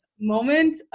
moment